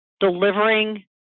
delivering